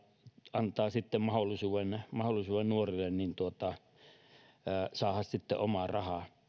antaa sitten mahdollisuuden mahdollisuuden nuorille saada omaa rahaa